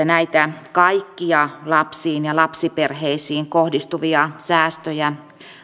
näitä kaikkia lapsiin ja lapsiperheisiin kohdistuvia säästöjä